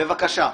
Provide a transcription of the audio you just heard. בבקשה.